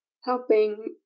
helping